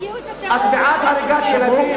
מעזה, את בעד הריגת ילדים?